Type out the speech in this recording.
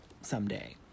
someday